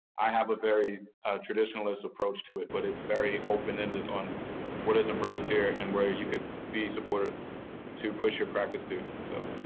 i have a very traditionalist approach to it, but it's very open-ended on what is embraced here and where you could be supported to push your practice to. so